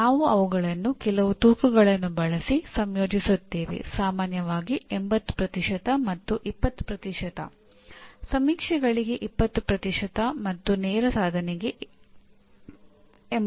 ನಾವು ಅವುಗಳನ್ನು ಕೆಲವು ತೂಕಗಳನ್ನು ಬಳಸಿ ಸಂಯೋಜಿಸುತ್ತೇವೆ ಸಾಮಾನ್ಯವಾಗಿ 80 ಮತ್ತು 20 ಸಮೀಕ್ಷೆಗಳಿಗೆ 20 ಮತ್ತು ನೇರ ಸಾಧನೆಗೆ 80